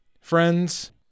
Friends